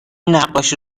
نقاشی